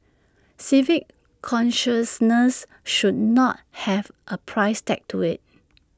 civic consciousness should not have A price tag to IT